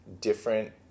different